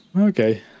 Okay